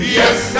yes